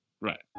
right